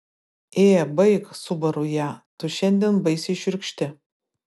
ė baik subaru ją tu šiandien baisiai šiurkšti